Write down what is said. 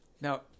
Now